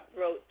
wrote